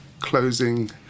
closing